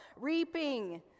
reaping